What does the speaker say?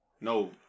no